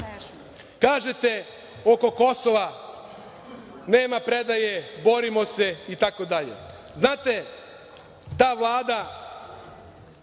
oko Kosova, nema predaje, borimo se itd. Znate, ta Vlada